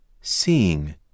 Seeing